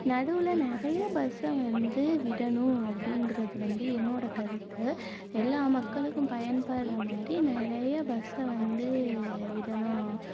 நடுவில் நிறையா பஸ்ஸை வந்து விடணும் அப்படிங்கிறது வந்து என்னோடய கருத்து எல்லா மக்களுக்கும் பயன்படுகிற மாதிரி நிறையா பஸ்ஸை வந்து விடணும்